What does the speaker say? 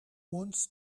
wants